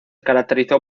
caracterizó